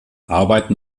arbeiten